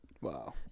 Wow